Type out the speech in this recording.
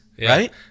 Right